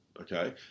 Okay